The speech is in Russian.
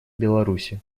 беларуси